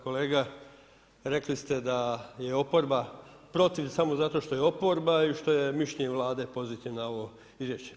Kolega, rekli ste da je oporba protiv samo zato što je oporba i što je mišljenje Vlade pozitivno na ovo izvješće.